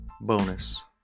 Bonus